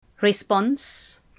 Response